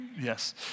Yes